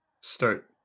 start